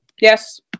yes